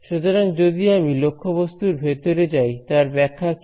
সুতরাং যদি আমি লক্ষ্যবস্তুর ভেতরে যাই তার ব্যাখ্যা কি